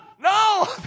No